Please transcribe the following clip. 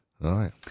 right